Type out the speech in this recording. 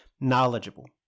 knowledgeable